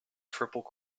triple